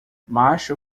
macho